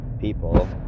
people